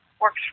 works